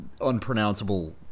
unpronounceable